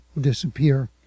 disappear